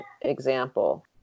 example